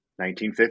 1950